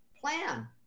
plan